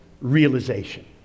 realization